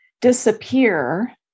disappear